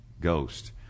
Ghost